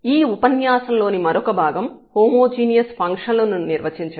ఈ ఉపన్యాసం లోని మరొక భాగం హోమోజీనియస్ ఫంక్షన్లను నిర్వచించడం